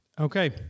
Okay